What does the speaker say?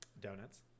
Donuts